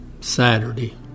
Saturday